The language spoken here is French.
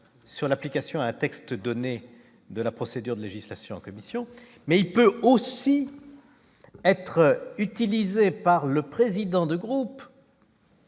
sur l'application à texte donné de la procédure de législation commission mais il peut aussi être utilisée par le président du groupe.